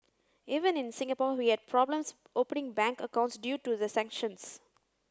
even in Singapore we had problems opening bank accounts due to the sanctions